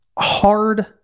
Hard